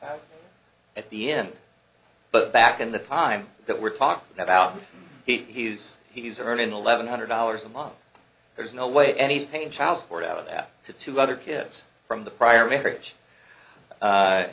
sixty at the end but back in the time that we're talking about he's he's earning eleven hundred dollars a month there's no way any paying child support out of that to two other kids from the prior marriage